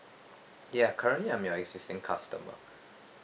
ya currently I'm your existing customer